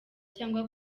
cyangwa